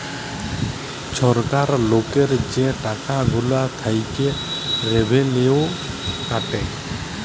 ছরকার লকের যে টাকা গুলা থ্যাইকে রেভিলিউ কাটে